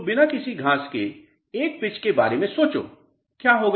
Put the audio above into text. तो बिना किसी घास के एक पिच के बारे में सोचो क्या होगा